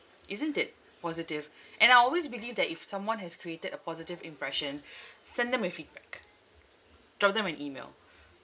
isn't it positive and I always believe that if someone has created a positive impression send them a feedback drop them an email